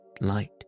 light